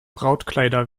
brautkleider